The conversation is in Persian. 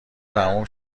تموم